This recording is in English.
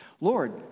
Lord